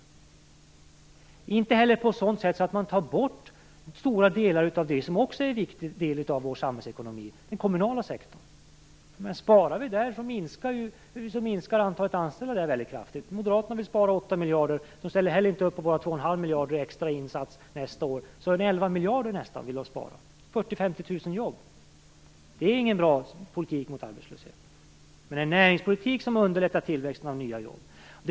Det skall inte heller ske på ett sådant sätt att man tar bort stora delar av det som också är en viktig del av samhällsekonomin, den kommunala sektorn. Sparar vi där så minskar ju antalet anställda kraftigt. Moderaterna vill spara 8 miljarder. De ställer heller inte upp på våra 2 1/2 miljarder extra i insats nästa år. De vill alltså spara nästan 11 miljarder. Det innebär 40 000-50 000 jobb. Det är inte någon bra politik mot arbetslösheten. Men en näringspolitik som underlättar tillväxten av ny jobb är viktig.